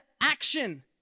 action